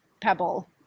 pebble